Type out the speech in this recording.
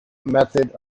method